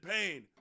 pain